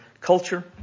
culture